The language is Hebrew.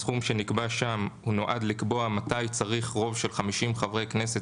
הסכום שנקבע שם נועד לקבוע מתי צריך רוב של חמישים חברי כנסת